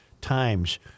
times